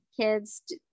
kids